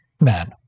man